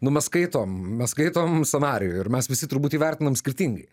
nu mes skaitom mes skaitom scenarijų ir mes visi turbūt įvertinam skirtingai